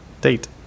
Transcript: date